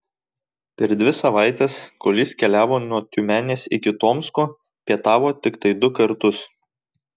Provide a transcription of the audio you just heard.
per dvi savaites kol jis keliavo nuo tiumenės iki tomsko pietavo tiktai du kartus